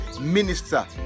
minister